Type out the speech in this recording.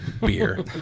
beer